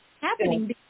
happening